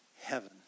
Heaven